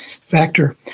factor